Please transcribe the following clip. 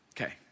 Okay